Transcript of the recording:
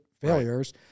failures